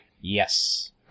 Yes